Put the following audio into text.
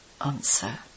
Answer